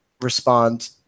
respond